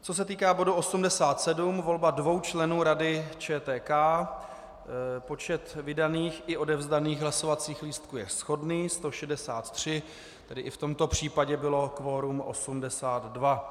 Co se týká bodu 87, volba dvou členů Rady ČTK, počet vydaných i odevzdaných hlasovacích lístků je shodný, 163, tedy i v tomto případě bylo kvorum 82.